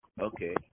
Okay